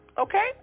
Okay